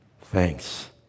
thanks